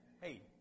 hey